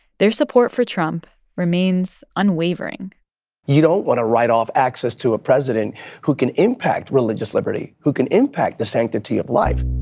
their support for trump remains unwavering you don't want to write off access to a president who can impact religious liberty, who can impact the sanctity of life